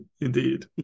Indeed